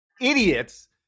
idiots